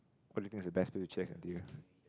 where do you think is the best place to chillax in N_T_U